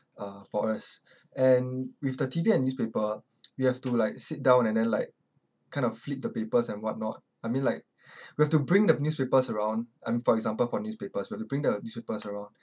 uh for us and with the T_V and newspaper we have to like sit down and then like kind of flip the papers and whatnot I mean like we have to bring the newspaper around and for example for newspapers we have to bring the newspapers around